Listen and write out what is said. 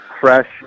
fresh